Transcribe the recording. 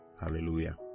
Hallelujah